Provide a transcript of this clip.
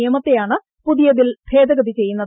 നിയമത്തെയാണ് പുതിയ ബിൽ ഭേദഗതി ചെയ്യുന്നത്